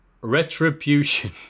Retribution